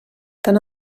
tant